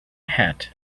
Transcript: hat